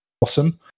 awesome